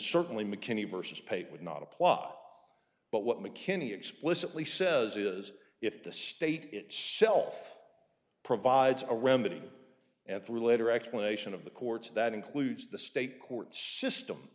certainly mckinney versus pate would not apply but what mckinney explicitly says is if the state itself provides a remedy at the later explanation of the courts that includes the state court system